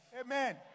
Amen